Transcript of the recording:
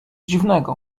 dziwnego